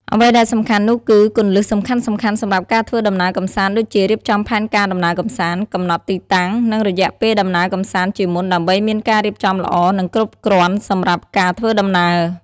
អ្វីដែលសំខាន់នោះគឺគន្លឹះសំខាន់ៗសម្រាប់ការធ្វើដំណើរកម្សាន្តដូចជារៀបចំផែនការដំណើរកំសាន្ត កំណត់ទីតាំង និងរយៈពេលដំណើរកំសាន្តជាមុន ដើម្បីមាន ការរៀបចំល្អ និងគ្រប់គ្រាន់សម្រាប់ការធ្វើដំណើរ។